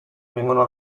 vengono